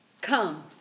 Come